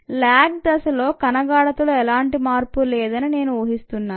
lag దశలో కణ గాఢతలో ఎలాంటి మార్పు లేదని నేను ఊహిస్తున్నాను